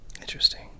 Interesting